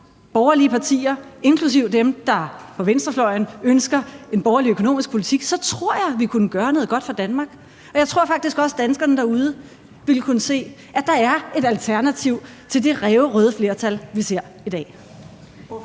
borgerlige partier, inklusive dem fra venstrefløjen, der ønsker en borgerlig økonomisk politik – så tror jeg, at vi kunne gøre noget godt for Danmark. Og jeg tror faktisk også, at danskerne derude ville kunne se, at der er et alternativ til det ræverøde flertal, vi ser i dag.